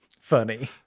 funny